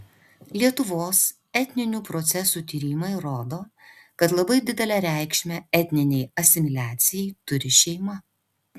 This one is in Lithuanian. lietuvos etninių procesų tyrimai rodo kad labai didelę reikšmę etninei asimiliacijai turi šeima